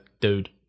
dude